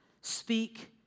Speak